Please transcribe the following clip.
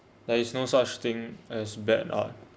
there is no such thing as bad art